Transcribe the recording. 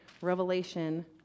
Revelation